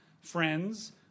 Friends